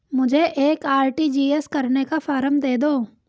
मुझे एक आर.टी.जी.एस करने का फारम दे दो?